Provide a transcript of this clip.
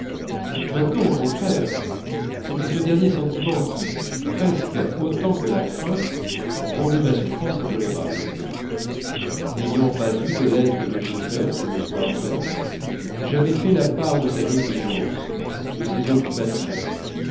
maintenant au contraire c'était ce dernier sentiment qui presque autant que la crainte rendait ma souffrance intolérable n'ayant pas eu de lettre de gilberte le soir même j'avais fait la part de sa négligence de ses occupations